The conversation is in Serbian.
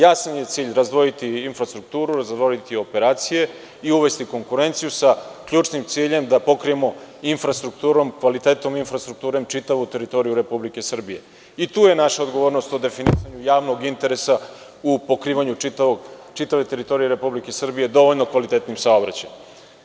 Jasan je cilj razdvojiti i infrastrukturu, razdvojiti operacije i uvesti konkurenciju sa ključnim ciljem da pokrijemo infrastrukturom, kvalitetom infrastrukture čitavu teritoriju Republike Srbije i tu je naša odgovornost o definisanju javnog interesa u pokrivanju čitave teritorije Republike Srbije dovoljno kvalitetnim saobraćajem.